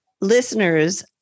Listeners